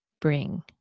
bring